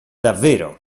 davvero